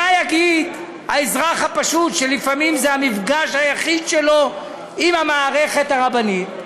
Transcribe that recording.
מה יגיד האזרח הפשוט שלפעמים זה המפגש היחיד שלו עם המערכת הרבנית?